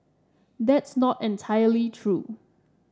that's not entirely true